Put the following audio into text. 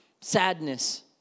sadness